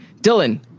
Dylan